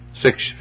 six